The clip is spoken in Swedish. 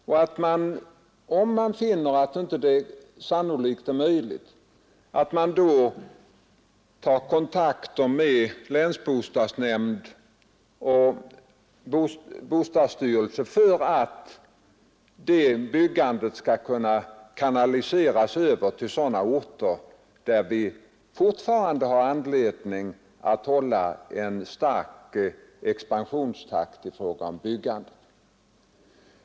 Om man finner att det sannolikt inte blir möjligt, bör man ta kontakt med länsbostadsnämnd och bostadsstyrelse för att det byggandet skall kunna kanaliseras över till orter där byggandet fortfarande behöver expandera.